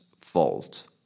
fault